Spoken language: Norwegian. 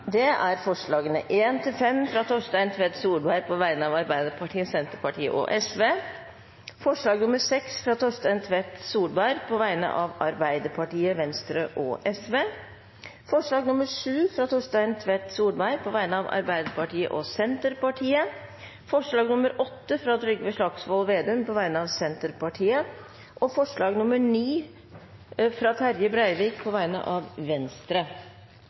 Det er forslagene nr. 1–5, fra Torstein Tvedt Solberg på vegne av Arbeiderpartiet, Senterpartiet og Sosialistisk Venstreparti forslag nr. 6, fra Torstein Tvedt Solberg på vegne av Arbeiderpartiet, Venstre og Sosialistisk Venstreparti forslag nr. 7, fra Torstein Tvedt Solberg på vegne av Arbeiderpartiet og Senterpartiet forslag nr. 8, fra Trygve Slagsvold Vedum på vegne av Senterpartiet forslag nr. 9, fra Terje Breivik på vegne av Venstre